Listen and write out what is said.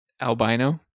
albino